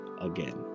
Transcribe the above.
again